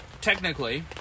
technically